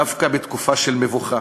דווקא בתקופה של מבוכה,